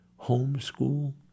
homeschool